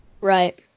Right